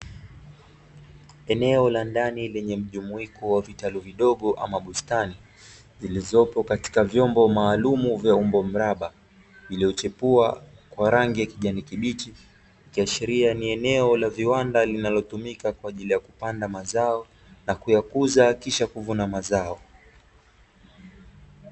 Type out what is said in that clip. Eneo la ndani lenye mjumuiko wa vitalu vidogo ama bustani zilizopo katika vyombo maalumu vya umbo mraba, iliyochipua kwa rangi ya kijani kibichi, ikiashiria ni eneo la viwanda linalotumika kwa ajili ya kupanda mazao na kuyakuza kisha kuvuna mazao.